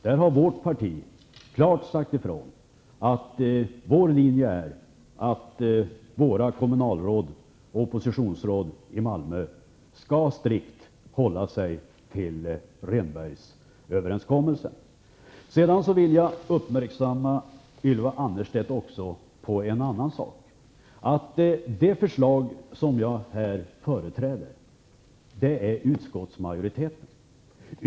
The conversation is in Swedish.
Där har vårt parti klart sagt ifrån att vår linje är att våra kommunalråd och oppositionsråd i Malmö strikt skall hålla sig till Jag vill även uppmärksamma Ylva Annerstedt på en annan aspekt. Det jag företräder är utskottsmajoritetens förslag.